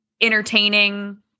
entertaining